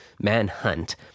manhunt